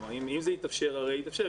אם זה יתאפשר הרי זה יתאפשר.